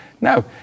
no